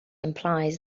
implies